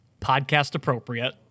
podcast-appropriate